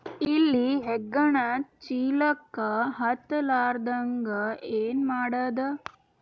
ಇಲಿ ಹೆಗ್ಗಣ ಚೀಲಕ್ಕ ಹತ್ತ ಲಾರದಂಗ ಏನ ಮಾಡದ?